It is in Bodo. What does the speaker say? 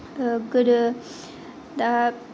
गोदो दा